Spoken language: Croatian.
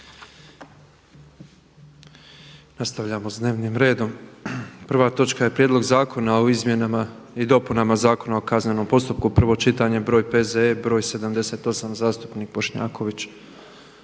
Nastavljamo s dnevnim redom. Prva točka je Prijedlog zakona o izmjenama i dopunama Zakona o kaznenom postupku, prvo čitanje, P.Z.E. broj 78. Zastupnik Bošnjaković.